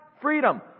freedom